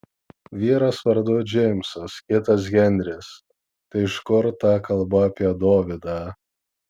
vyras vardu džeimsas kitas henris tai iš kur ta kalba apie dovydą